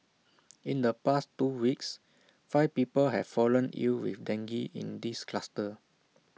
in the past two weeks five people have fallen ill with dengue in this cluster